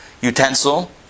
utensil